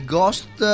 Ghost